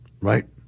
right